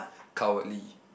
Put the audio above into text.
cowardly